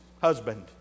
husband